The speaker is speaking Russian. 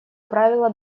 правила